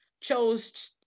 chose